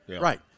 Right